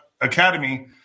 Academy